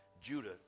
Judah